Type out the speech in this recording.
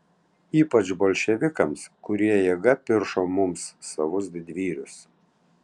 ypač bolševikams kurie jėga piršo mums savus didvyrius